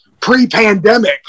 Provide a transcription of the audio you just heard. pre-pandemic